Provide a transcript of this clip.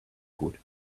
good